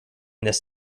this